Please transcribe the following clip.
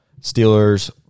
steelers